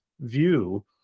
view